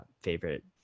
favorite